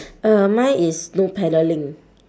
uh mine is no paddling